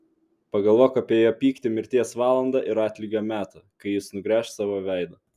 pagalvok apie jo pyktį mirties valandą ir atlygio metą kai jis nugręš savo veidą